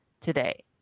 today